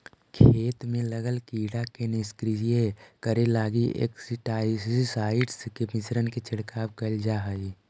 खेत में लगल कीड़ा के निष्क्रिय करे लगी इंसेक्टिसाइट्स् के मिश्रण के छिड़काव कैल जा हई